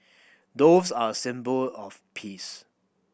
doves are a symbol of peace